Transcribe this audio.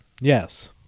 Yes